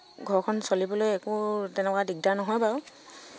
ঘৰখন চলিবলৈ একো তেনেকুৱা দিগদাৰ নহয় বাৰু